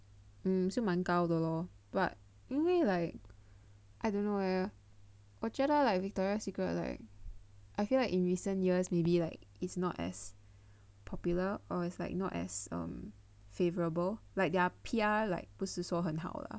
mm 是蛮高的 lor but 因为 like I don't know eh 我觉得 like Victoria Secret like I feel like in recent years maybe like it's not as popular or it's like not as um favourable like their P_R like 不是说很好 leh